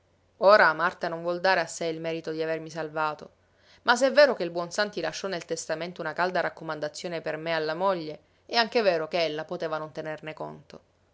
ora marta non vuol dare a sé il merito di avermi salvato ma se è vero che il buon santi lasciò nel testamento una calda raccomandazione per me alla moglie è anche vero che ella poteva non tenerne conto